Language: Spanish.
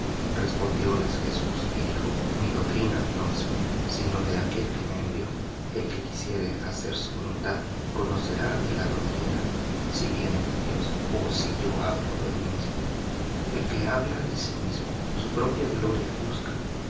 habiendo aprendido respondióles jesús y dijo mi doctrina no es mía sino de aquél que me envió el que quisiere hacer su voluntad conocerá de la doctrina si viene de dios ó si yo hablo de mí mismo el que habla de sí mismo su propia gloria busca